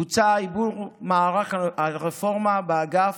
בוצע עיבוי מערך הרפורמה באגף,